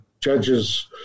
judges